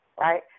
Right